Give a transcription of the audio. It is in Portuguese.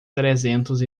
trezentos